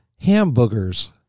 Hamburgers